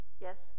yes